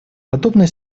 подобная